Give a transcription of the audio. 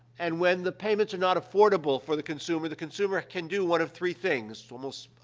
and when the payments are not affordable for the consumer, the consumer can do one of three things, almost,